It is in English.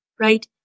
right